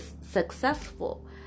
successful